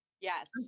Yes